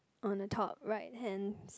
on the top right hand